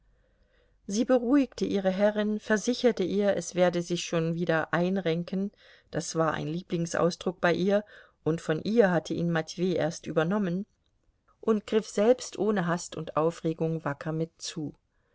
sie beruhigte ihre herrin versicherte ihr es werde sich alles schon wieder einrenken das war ein lieblingsausdruck bei ihr und von ihr hatte ihn matwei erst übernommen und griff selbst ohne hast und aufregung wacker mit zu